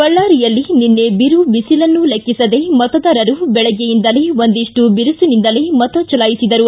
ಬಳ್ಳಾರಿಯಲ್ಲಿ ನಿನ್ನೆ ಬಿರು ಬಿಸಿಲನ್ನು ಲೆಕ್ಕಿಸದೆ ಮತದಾರರು ಬೆಳಗ್ಗೆಯಿಂದಲೇ ಒಂದಿಷ್ಟು ಬಿರುಸಿನಿಂದಲೇ ಮತ ಚಲಾಯಿಸಿದರು